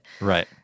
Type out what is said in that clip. Right